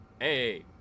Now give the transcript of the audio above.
Hey